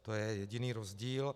To je jediný rozdíl.